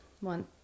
one